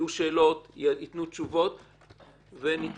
יהיו שאלות ויינתנו תשובות ונתקדם.